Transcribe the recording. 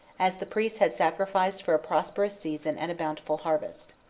as the priests had sacrificed for a prosperous season and a bountiful harvest.